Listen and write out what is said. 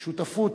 שותפות,